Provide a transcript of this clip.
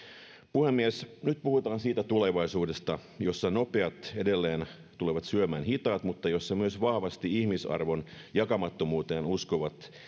puhemies nyt puhutaan siitä tulevaisuudesta jossa nopeat tulevat edelleen syömään hitaat mutta jossa myös vahvasti ihmisarvon jakamattomuuteen uskovat